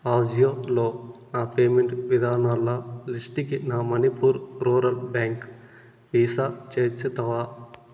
అజియోలో నా పేమెంట్ విధానాల లిస్టుకి నా మణిపూర్ రూరల్ బ్యాంక్ వీసా చేర్చుతావా